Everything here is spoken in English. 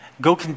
Go